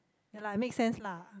ya lah it makes sense lah